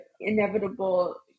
inevitable